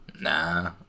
Nah